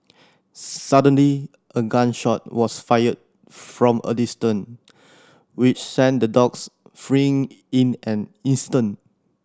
suddenly a gun shot was fired from a distance which sent the dogs fleeing in an instant